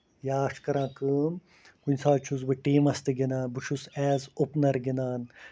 یا چھُ کران کٲم کُنہِ ساتہٕ چھُس بہٕ ٹیٖمَس تہِ گِندان بہٕ چھُس ایز اوٚپنر گِندان